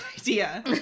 idea